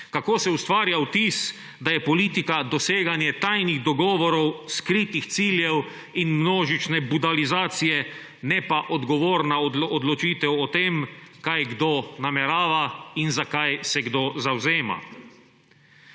Kako se ustvarja vtis, da je politika doseganje tajnih dogovorov, skritih ciljev in množične budalizacije, ne pa odgovorna odločitev o tem, kaj kdo namerava in zakaj se kdo zavzema.